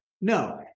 No